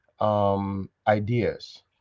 ideas